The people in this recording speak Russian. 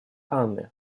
анны